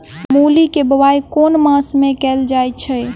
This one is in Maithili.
मूली केँ बोआई केँ मास मे कैल जाएँ छैय?